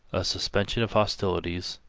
a suspension of hostilities.